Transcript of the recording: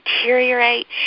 deteriorate